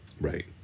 Right